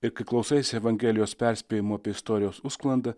ir kai klausaisi evangelijos perspėjimų apie istorijos užsklandą